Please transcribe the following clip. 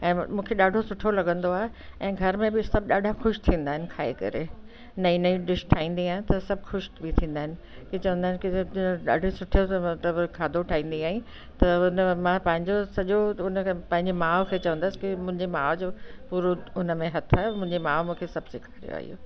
ऐं मूंखे ॾाढो सुठो लॻंदो आहे ऐं घर में बि सभ ॾाढा ख़ुशि थींदा आहिनि खाई करे नयूं नयूं डिश ठाहींदी आहियां त सभ ख़ुशि बि थींदा आहिनि की चवंदा आहिनि की सभ ॾाढो सुठो मतिलबु खाधो ठाहींदी आहीं त उनमें मां पंहिंजो सॼो उनखे चवंदसि मुंहिंजी माउ जो पूरो उनमें पूरो हथ आ्हे मुंहिंजी माउ मूंखे सेखारियो आहे इहो